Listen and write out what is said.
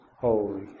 holy